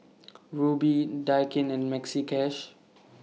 Rubi Daikin and Maxi Cash